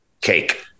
cake